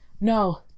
no